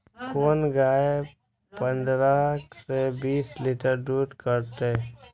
कोन गाय पंद्रह से बीस लीटर दूध करते?